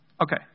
Okay